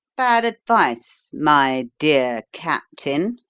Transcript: bad advice, my dear captain,